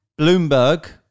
Bloomberg